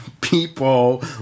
people